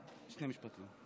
שני משפטים.